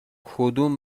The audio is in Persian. کدوم